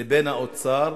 לבין האוצר,